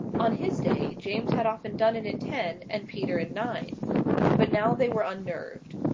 on his day, james had often done it in ten and peter in nine but now they were unnerved.